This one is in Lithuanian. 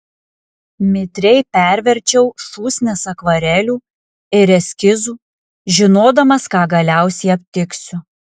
mitriai perverčiau šūsnis akvarelių ir eskizų žinodamas ką galiausiai aptiksiu